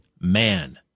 man